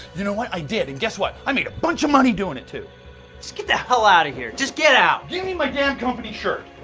you know what, i did. and guess what? i made a bunch of money doing it, too. just get the hell out of here. just get out. give me my damn company shirt.